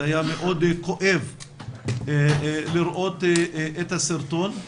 זה היה מאוד כואב לראות את הסרטון.